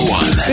one